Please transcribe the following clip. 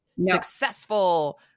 successful